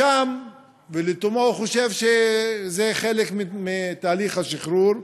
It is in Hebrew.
ולתומו הוא חושב שזה חלק מתהליך השחרור.